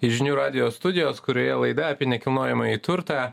į žinių radijo studijos kurioje laida apie nekilnojamąjį turtą